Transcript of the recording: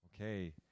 Okay